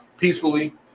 Peacefully